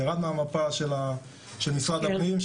ירד מהמפה של משרד הפנים,